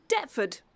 Deptford